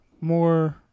more